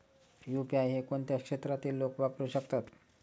UPI हे कोणत्या क्षेत्रातील लोक वापरू शकतात?